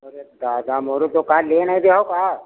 अरे दादा मोरे तो का लेई ना देहो का